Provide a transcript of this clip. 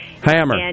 Hammer